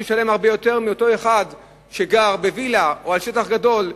הוא ישלם הרבה יותר מאותו אחד שגר בווילה או על שטח גדול,